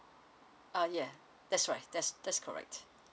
uh yeah that's right that's that's correct